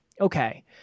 Okay